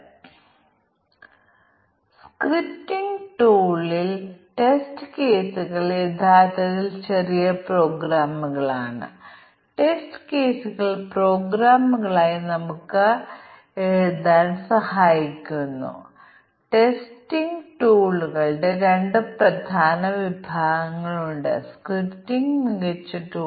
അതിനാൽ അതിനെക്കുറിച്ച് ചിന്തിക്കാൻ കോസ് ഇഫക്റ്റ് ഗ്രാഫിംഗ് രീതി യഥാർത്ഥത്തിൽ തീരുമാന പട്ടിക വികസിപ്പിക്കാൻ നമ്മെ സഹായിക്കുന്നു അതിനാൽ നമുക്ക് കോസ് ഇഫക്റ്റ് ഗ്രാഫിനെക്കുറിച്ച് പറയാൻ ഏറ്റവും സംക്ഷിപ്തമായ പ്രസ്താവനയാകാം അതിൽ നമുക്ക് പ്രതിനിധാനം ചെയ്യാൻ കഴിയുന്ന ഒരു പ്രശ്നം നൽകിയിരിക്കുന്നു